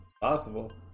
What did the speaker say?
Possible